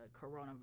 coronavirus